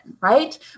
right